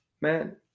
man